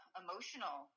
emotional